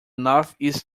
northeast